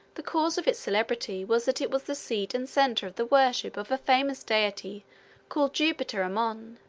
the cause of its celebrity was that it was the seat and center of the worship of a famous deity called jupiter ammon.